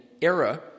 era